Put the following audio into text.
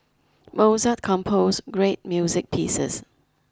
Mozart composed great music pieces